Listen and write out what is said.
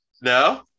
No